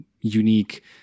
unique